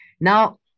Now